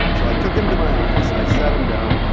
so i took him to my office, i sat him down,